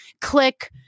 click